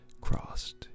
crossed